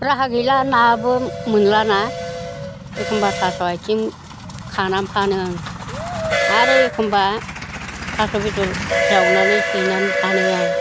राहा गैला नाबो मोनला ना एखम्बा थास' आइथिं खानानै फानो आं आरो एखम्बा थास' बेदर जावनानै सैनानै फानो आं